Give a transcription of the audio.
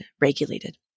regulated